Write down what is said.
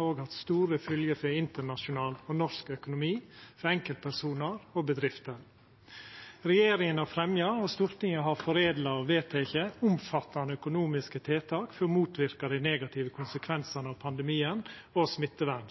òg hatt store fylgjer for internasjonal og norsk økonomi, for enkeltpersonar og for bedrifter. Regjeringa har fremja og Stortinget har foredla og vedteke omfattande økonomiske tiltak for å motverka dei negative konsekvensane av pandemien og